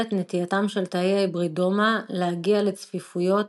את נטייתם של תאי ההיברידומה להגיע לצפיפויות